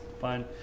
Fine